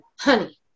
honey